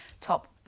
top